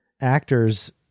actors